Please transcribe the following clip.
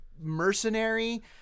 mercenary